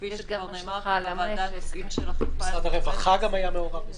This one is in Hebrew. נאמר כאן על הנושאים --- גם משרד הרווחה היה מעורב בזמנו.